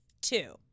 two